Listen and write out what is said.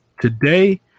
today